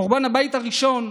חורבן הבית הראשון,